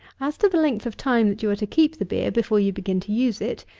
as to the length of time that you are to keep the beer before you begin to use it,